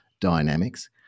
dynamics